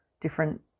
different